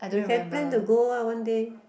you can plan to go ah one day